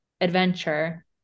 adventure